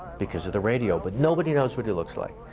because of the radio, but nobody knows what he looks like.